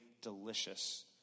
delicious